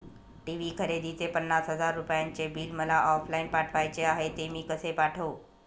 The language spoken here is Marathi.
टी.वी खरेदीचे पन्नास हजार रुपयांचे बिल मला ऑफलाईन पाठवायचे आहे, ते मी कसे पाठवू?